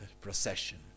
procession